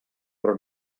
però